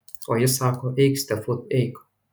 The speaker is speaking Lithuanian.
o jis sako eik stefut eik